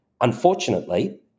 unfortunately